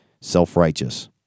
self-righteous